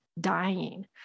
Dying